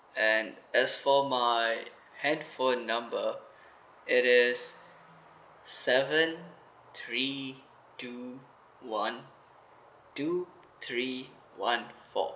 and as for my handphone number it is seven three two one two three one four